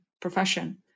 profession